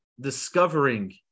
discovering